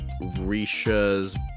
Risha's